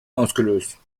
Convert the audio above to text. ausgelöst